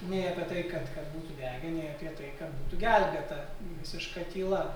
nei apie tai kad kad būtų deginę nei apie tai kad būtų gelbėta visiška tyla